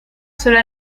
cela